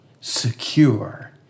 secure